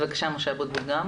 בבקשה ח"כ משה אבוטבול.